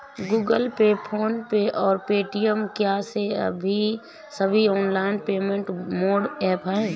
Google Pay PhonePe और Paytm क्या ये सभी ऑनलाइन पेमेंट मोड ऐप हैं?